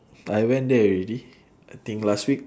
I went there already I think last week